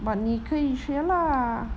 but 你可以学 lah